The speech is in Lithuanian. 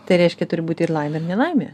tai reiškia turi būti ir laimė nelaimė